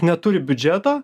neturi biudžeto